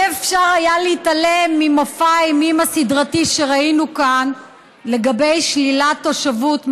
לא היה אפשר להתעלם ממופע האימים הסדרתי שראינו כאן לגבי שלילת תושבות,